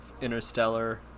Interstellar